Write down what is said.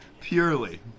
Purely